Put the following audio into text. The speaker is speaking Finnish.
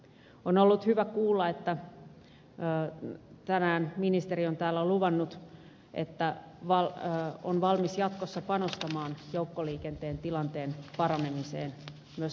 on ollut hyvä kuulla että tänään ministeri on täällä luvannut että on valmis jatkossa panostamaan joukkoliikenteen tilanteen paranemiseen myös laaja alaisemmin